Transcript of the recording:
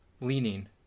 leaning